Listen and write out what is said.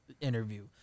interview